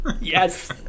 yes